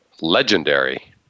legendary